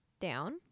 down